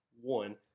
one